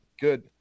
Good